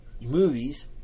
movies